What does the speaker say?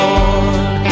Lord